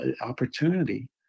opportunity